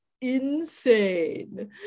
insane